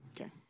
okay